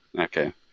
Okay